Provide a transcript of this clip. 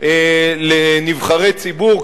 כלשהן לנבחרי ציבור,